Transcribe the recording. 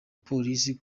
polisi